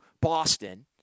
Boston